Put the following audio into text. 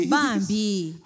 Bambi